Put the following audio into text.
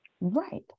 Right